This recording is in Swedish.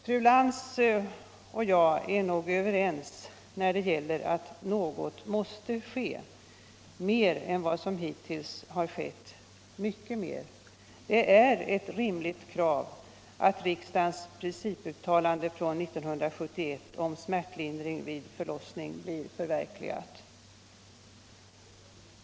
Fru Lantz och jag är nog överens om att något måste ske, mycket mer än vad som hittills har skett. Det är ett rimligt krav att riksdagens principuttalande från 1971 om smärtlindring vid förlossning blir förverkligat.